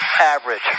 average